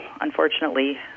unfortunately